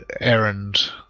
errand